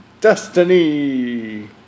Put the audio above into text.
Destiny